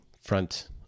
front